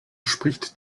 spricht